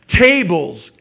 Tables